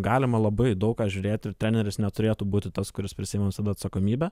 galima labai daug ką žiūrėt ir treneris neturėtų būti tas kuris prisiims visada atsakomybę